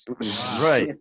Right